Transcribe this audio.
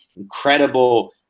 incredible